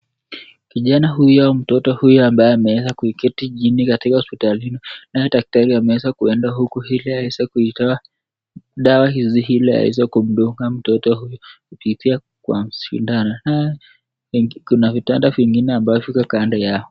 Kijana huyo, mtoto huyo ambaye ameweza kuikeketia jini katika hospitalini naye daktari ameweza kuenda huku ili aweze kuitoa dawa hizi ili aweze kumdunga mtoto huyu kupitia kwa sindano. una vitanda vingine ambavyo iko kando yao.